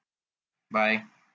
bye